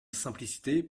simplicité